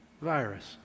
virus